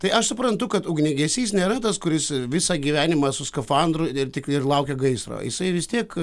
tai aš suprantu kad ugniagesys nėra tas kuris visą gyvenimą su skafandru ir tik ir laukia gaisro jisai vis tiek